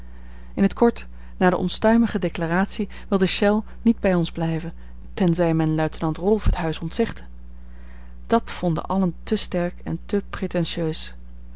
in t kort na de onstuimige declaratie wilde chelles niet bij ons blijven tenzij men luitenant rolf het huis ontzegde dat vonden allen te sterk en te pretentieus